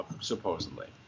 supposedly